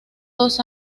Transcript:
dos